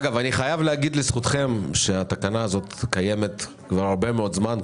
אני חייב לומר לזכותכם שהתקנה הזאת קיימת כבר הרבה מאוד זמן,